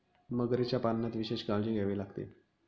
मगरीच्या पालनात विशेष काळजी घ्यावी लागते